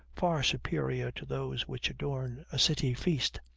far superior to those which adorn a city feast.